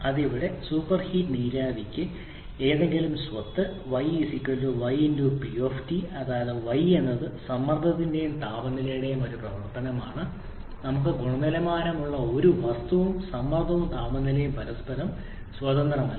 അതെ ഇവിടെ സൂപ്പർഹീഡ് നീരാവിക്ക് ഏതെങ്കിലും സ്വത്ത് y y y P T അതായത് y എന്നത് സമ്മർദ്ദത്തിന്റെയും താപനിലയുടെയും ഒരു പ്രവർത്തനമാണ് നമുക്ക് ഗുണനിലവാരമുള്ള ഒരു വസ്തുവും സമ്മർദ്ദവും താപനിലയും പരസ്പരം സ്വതന്ത്രമല്ല